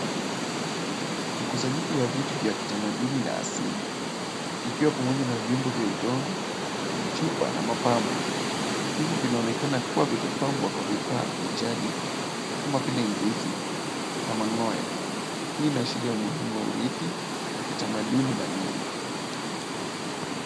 Mkusanyiko wa vitu vya kitamaduni na asili, ikiwa pamoja na vitu vya udongo, chupa na mapambo. Hivi vinaonekana kuwa vimepambwa kwa vifaa vya jadi kama vile nguzi na mang'oya. Hii inaashiria umuhimu wa uridhi wa kitamaduni na mila.